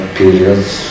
periods